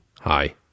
Hi